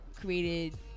created